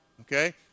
Okay